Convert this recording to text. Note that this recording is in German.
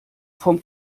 vom